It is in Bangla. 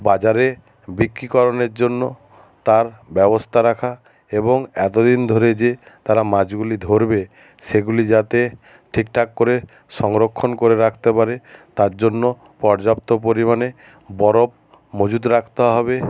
বাজারে জন্য তার ব্যবস্থা রাখা এবং এতো দিন ধরে যে তারা মাছগুলি ধরবে সেগুলি যাতে ঠিকঠাক করে সংরক্ষণ করে রাখতে পারে তার জন্য পর্যাপ্ত পরিমাণে বরফ মজুত রাখতে হবে